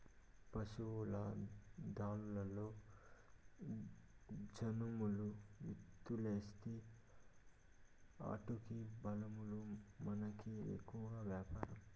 పశుల దాణాలలో ఈ జనుము విత్తూలేస్తీ ఆటికి బలమూ మనకి ఎక్కువ వ్యాపారం